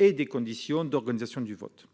et des conditions d'organisation du vote.